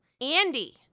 Andy